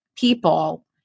people